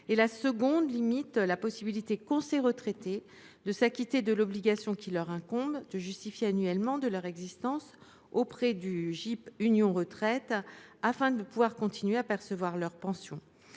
La seconde limite la possibilité, pour ces retraités, de s’acquitter de l’obligation qui leur incombe de justifier annuellement de leur existence auprès du GIP Union Retraite afin de pouvoir continuer à percevoir leur pension.